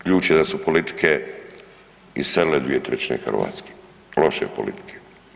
Ključ je da su politike iselile 2/3 Hrvatske, loše politike.